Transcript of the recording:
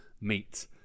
meet